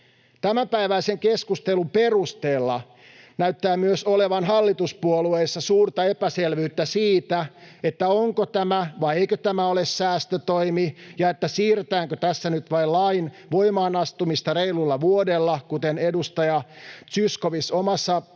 Tämänpäiväisen keskustelun perusteella näyttää myös olevan hallituspuolueissa suurta epäselvyyttä siitä, onko tämä vai eikö tämä ole säästötoimi, ja siitä, siirretäänkö tässä nyt vain lain voimaan astumista reilulla vuodella, kuten edustaja Zyskowicz omassa puheenvuorossaan